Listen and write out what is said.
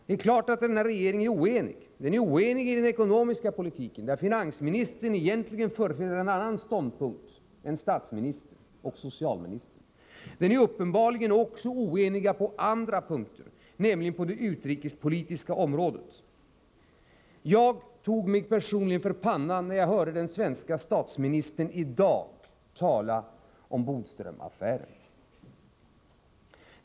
Det är klart att denna regering är oenig. Den är oenig i den ekonomiska politiken, där finansministern egentligen företräder en annan ståndpunkt än statsministern och socialministern. Den är uppenbarligen också oenig på andra punkter, nämligen på det utrikespolitiska området. Jag tog mig personligen för pannan när jag hörde den svenske statsministern i dag tala om Bodströmaffären.